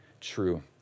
true